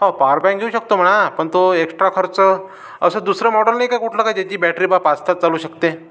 हो power bank घेऊ शकतो म्हणा पण तो एक्स्ट्रा खर्च असं दुसरं मॉडल नाही का कुठलं काय त्याची बॅटरी बा पाच तास चालू शकते